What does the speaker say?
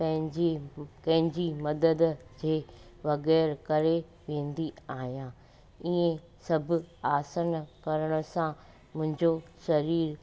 पंहिंजी कंहिंजी मदद जे बग़ैर करे वेंदी आहियां ईअं सभु आसन करण सां मुंहिंजो सरीरु